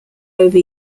over